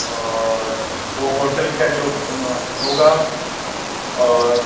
اور وہ ہوٹل کا جو ہوگا اور